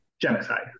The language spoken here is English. genocide